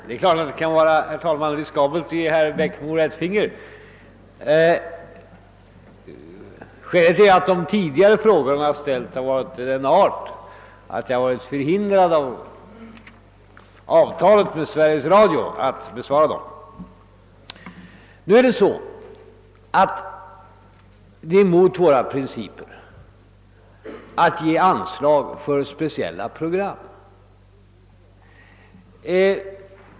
Herr talman! Det är klart att det kan vara riskabelt att ge herr Eriksson i Bäckmora ett finger. Men skälet till att jag i tidigare fall inte lämnat något besked är att de frågor som herr Eriksson ställt varit av den art att jag genom avtalet med Sveriges Radio varit förhindrad att besvara frågorna. Nu är det så att det är mot våra principer att ge anslag för speciella program.